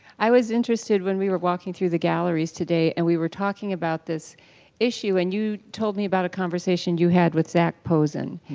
i was interested, when we were walking through the galleries today, and we were talking about this issue and you told me about a conversation you had with zac posen.